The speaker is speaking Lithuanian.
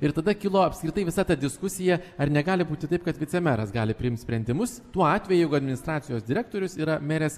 ir tada kilo apskritai visa ta diskusija ar negali būti taip kad vicemeras gali priimt sprendimus tuo atveju jeigu administracijos direktorius yra merės